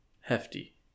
hefty